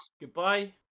Goodbye